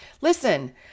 Listen